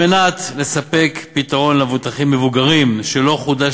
כדי לספק פתרון למבוטחים מבוגרים שלא חודש